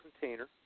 container